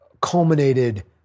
culminated